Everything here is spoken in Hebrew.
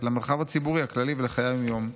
למרחב הציבורי הכללי ולחיי היום-יום,